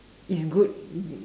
it's good